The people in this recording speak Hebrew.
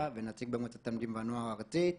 ונציג במועצת תלמידים והנוער הארצית.